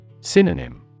Synonym